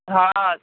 हा